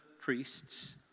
priests